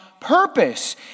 purpose